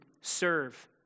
serve